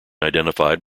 identified